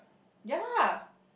ya lah